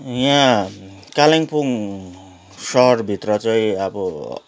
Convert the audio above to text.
यहाँ कालिम्पोङ सहरभित्र चाहिँ अब